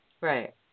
Right